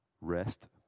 rest